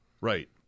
right